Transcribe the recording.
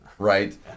Right